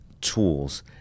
tools